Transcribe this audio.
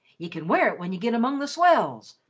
ye kin wear it when ye get among the swells.